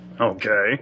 Okay